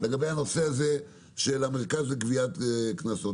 לגבי הנושא של המרכז לגביית קנסות.